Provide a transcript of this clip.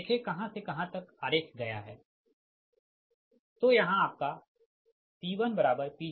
देखें कहाँ से कहाँ तक आरेख गया है तो यहाँ आपका P1Pg1है